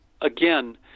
Again